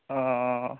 অঁ অঁ